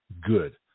good